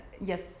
yes